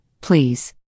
please